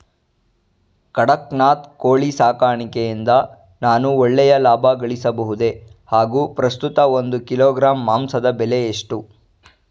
ಕಡಕ್ನಾತ್ ಕೋಳಿ ಸಾಕಾಣಿಕೆಯಿಂದ ನಾನು ಒಳ್ಳೆಯ ಲಾಭಗಳಿಸಬಹುದೇ ಹಾಗು ಪ್ರಸ್ತುತ ಒಂದು ಕಿಲೋಗ್ರಾಂ ಮಾಂಸದ ಬೆಲೆ ಎಷ್ಟು?